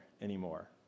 anymore